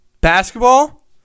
Basketball